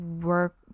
work